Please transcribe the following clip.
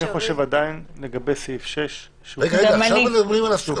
אני חושב עדיין לגבי סעיף 6 שהוא קיצוני מדי.